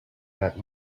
that